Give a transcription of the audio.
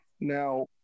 Now